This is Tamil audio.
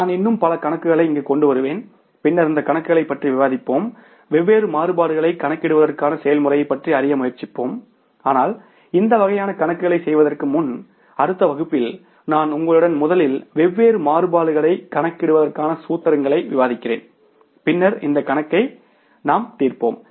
நான் இன்னும் பல கணக்குகளை இங்கு கொண்டு வருவேன் பின்னர் இந்த கணக்குகளைப் பற்றி விவாதிப்போம் வெவ்வேறு மாறுபாடுகளைக் கணக்கிடுவதற்கான செயல்முறையைப் பற்றி அறிய முயற்சிப்போம் ஆனால் இந்த வகையான கணக்குகளை செய்வதற்கு முன் அடுத்த வகுப்பில் நான் உங்களுடன் முதலில் வெவ்வேறு மாறுபாடுகளைக் கணக்கிடுவதற்கான சூத்திரங்களை விவாதிக்கிறேன் பின்னர் இந்த கணக்கை நாங்கள் தீர்ப்போம்